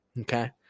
okay